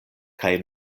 kaj